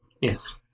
Yes